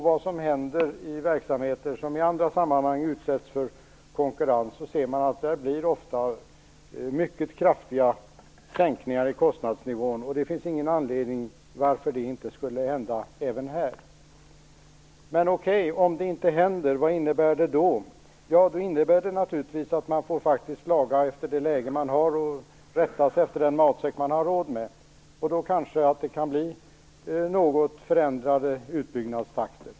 Verksamheter som i andra sammanhang utsätts för konkurrens får ofta mycket kraftiga sänkningar i kostnadsnivån, och det finns ingen anledning till att det inte skulle hända även här. Men okej: Om det inte händer, vad innebär det då? Ja, det innebär naturligtvis att man faktiskt får laga efter det läge man har och rätta sig efter den matsäck man har råd med. Då kanske det också kan bli något förändrade utbyggnadstakter.